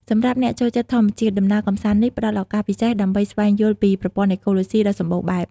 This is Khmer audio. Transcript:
សម្រាប់អ្នកចូលចិត្តធម្មជាតិ ដំណើរកម្សាន្តនេះផ្តល់ឱកាសពិសេសដើម្បីស្វែងយល់ពីប្រព័ន្ធអេកូឡូស៊ីដ៏សម្បូរបែប។